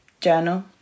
journal